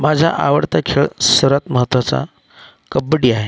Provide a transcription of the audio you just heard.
माझा आवडता खेळ सर्वात महत्त्वाचा कबड्डी आहे